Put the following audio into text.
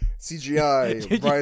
CGI